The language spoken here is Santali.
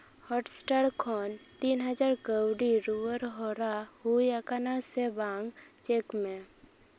ᱦᱚᱴᱥᱴᱟᱨ ᱠᱷᱚᱱ ᱛᱤᱱ ᱦᱟᱡᱟᱨ ᱠᱟᱹᱣᱰᱤ ᱨᱩᱣᱟᱹᱲ ᱦᱚᱨᱟ ᱦᱩᱭ ᱟᱠᱟᱱᱟ ᱥᱮ ᱵᱟᱝ ᱪᱮᱠ ᱢᱮ